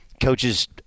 Coaches